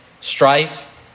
strife